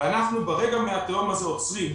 אנחנו ברגע מהתהום הזה עוצרים.